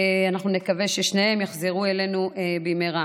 אנחנו נקווה ששניהם יחזרו אלינו במהרה.